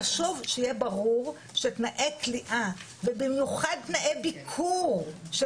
חשוב שיהיה ברור שתנאי כליאה ובמיוחד תנאי ביקור של